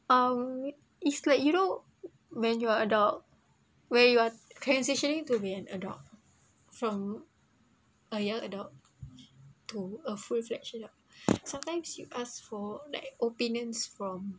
uh is like you know when you are adult where you are transitioning to be an adult from a young adult to a full stretch adult sometimes you ask for like opinions from